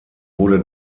wurde